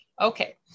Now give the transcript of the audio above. Okay